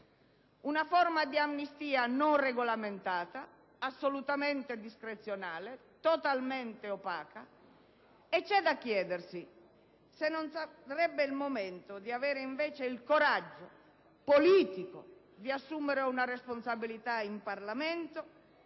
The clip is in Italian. una forma di amnistia non regolamentata, assolutamente discrezionale e totalmente opaca. C'è da chiedersi se non sarebbe il momento di avere, invece, il coraggio politico d'assumere una responsabilità in Parlamento